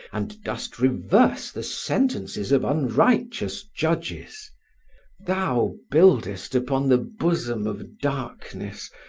and dost reverse the sentences of unrighteous judges thou buildest upon the bosom of darkness,